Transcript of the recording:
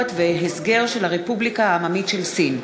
ביקורת והסגר של הרפובליקה העממית של סין.